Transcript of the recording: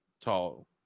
tall